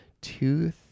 two